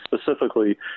specifically